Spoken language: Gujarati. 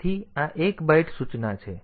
તેથી આ 1 બાઈટ સૂચના છે